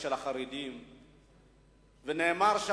הכנס של החרדים,